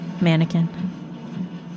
mannequin